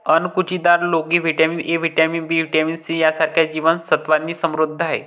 अणकुचीदार लोकी vitamin A, vitamin B, vitamin C यांसारख्या जीवन सत्त्वांनी समृद्ध आहे